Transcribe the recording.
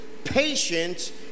Patience